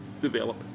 develop